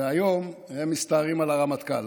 והיום הם מסתערים על הרמטכ"ל.